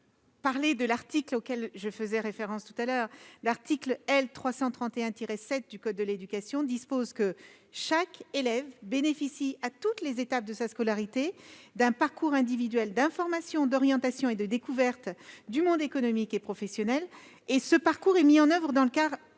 préciser l'article auquel je faisais référence. L'article L. 331-7 du code de l'éducation dispose que chaque élève bénéficie, à toutes les étapes de sa scolarité, d'« un parcours individuel d'information, d'orientation et de découverte du monde économique et professionnel », lequel est réalisé dans le cadre d'un